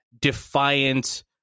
defiant